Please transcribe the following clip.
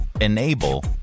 enable